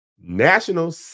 National